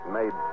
made